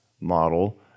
model